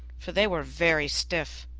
for they were very stiff.